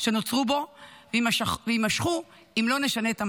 שנוצרו בו ויימשכו אם לא נשנה את המצב.